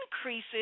increases